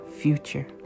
future